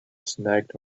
snagged